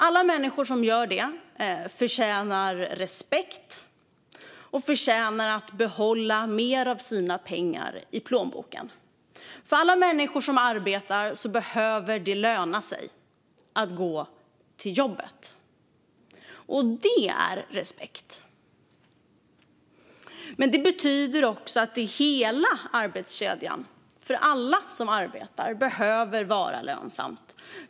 Alla människor som gör det förtjänar respekt och förtjänar att behålla mer av sina pengar i plånboken. För alla människor som arbetar behöver det löna sig att gå till jobbet. Det är respekt. Men det betyder också att det behöver vara lönsamt i hela arbetskedjan - för alla som arbetar.